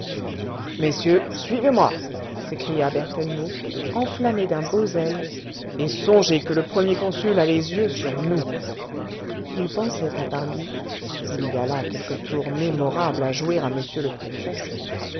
messieurs suivez-moi s'écria berthellemot enflammé d'un beau zèle et songez que le premier consul a les yeux sur nous il pensait à part lui il y a là quelque tour mémorable a jouer à m le préfet